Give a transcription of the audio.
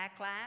backlash